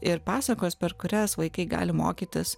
ir pasakos per kurias vaikai gali mokytis